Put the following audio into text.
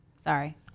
Sorry